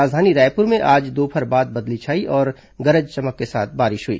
राजधानी रायपुर में आज दोपहर बाद बदली छाई और गरज चमक के साथ बारिश हुई